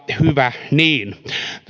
ja hyvä niin